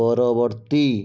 ପରବର୍ତ୍ତୀ